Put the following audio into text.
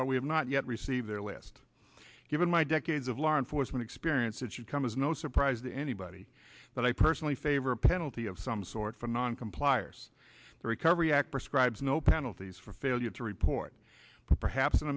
but we have not yet received their list given my decades of law enforcement experience it should come as no surprise to anybody that i personally favor a penalty of some sort for noncompliance the recovery act prescribes no penalties for failure to report perhaps an